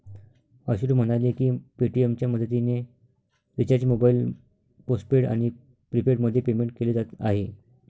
अश्रू म्हणाले की पेटीएमच्या मदतीने रिचार्ज मोबाईल पोस्टपेड आणि प्रीपेडमध्ये पेमेंट केले जात आहे